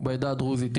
ובעדה הדרוזית.